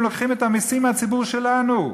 הם לוקחים את המסים מהציבור שלנו,